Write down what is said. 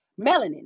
melanin